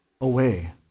away